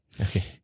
Okay